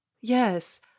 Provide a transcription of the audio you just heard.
yes